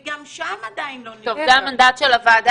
וגם שם עדיין לא --- זה המנדט של הוועדה,